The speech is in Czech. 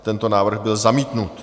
Tento návrh byl zamítnut.